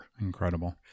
incredible